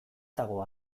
dago